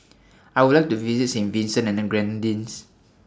I Would like to visit Saint Vincent and The Grenadines